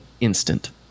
instant